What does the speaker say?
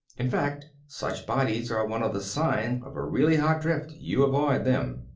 in fact such bodies are one of the signs of a really hot drift you avoid them.